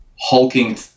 hulking